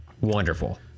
Wonderful